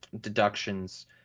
deductions